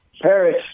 paris